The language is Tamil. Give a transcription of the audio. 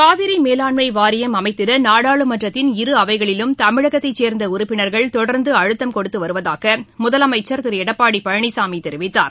காவிரி மேலாண்மை வாரியம் அமைத்திட நாடாளுமன்றத்தின் இரு அவைகளிலும் தமிழகத்தைச் சேர்ந்த உறுப்பினர்கள் தொடர்ந்து அழுத்தம் கொடுத்து வருவதாக முதலமைச்சர் திரு எடப்பாடி பழனிசாமி தெரிவித்தார்